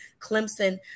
Clemson